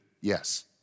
Yes